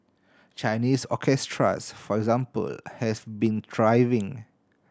Chinese orchestras for example have been thriving